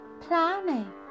planning